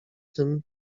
tym